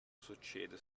succede